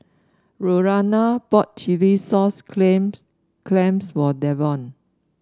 Lurana bought chilli sauce claims clams for Davon